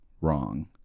wrong